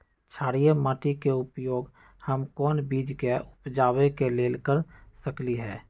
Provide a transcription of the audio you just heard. क्षारिये माटी के उपयोग हम कोन बीज के उपजाबे के लेल कर सकली ह?